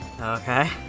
Okay